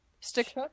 stick